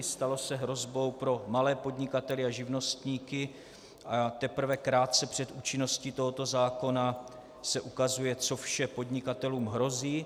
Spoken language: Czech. Stalo se hrozbou pro malé podnikatele a živnostníky a teprve krátce před účinností tohoto zákona se ukazuje, co vše podnikatelům hrozí.